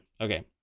Okay